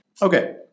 Okay